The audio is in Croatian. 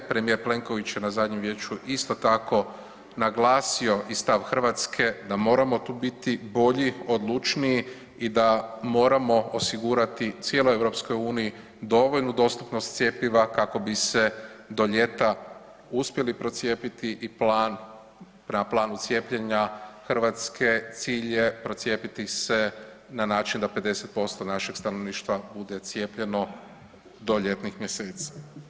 Premijer Plenković je na zadnjem vijeću isto tako naglasio i stav Hrvatske da moramo tu biti bolji, odlučniji i da moramo osigurati cijeloj EU dovoljnu dostupnost cjepiva kako bi se do ljeta uspjeli procijepiti i plan, prema planu cijepljenja Hrvatske cilj je procijepiti se na način da 50% našeg stanovništva bude cijepljeno do ljetnih mjeseci.